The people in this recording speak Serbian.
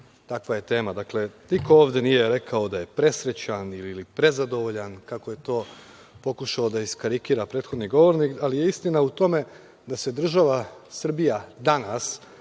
takva je tema. Niko ovde nije rekao da je presrećan ili prezadovoljan kako je to pokušao da iskarikira prethodni govornik, ali je istina u tome da se država Srbija danas